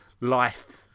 life